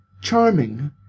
charming